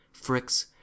Fricks